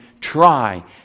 try